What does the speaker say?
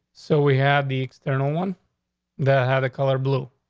so we have the external one that had a color blue.